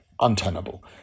untenable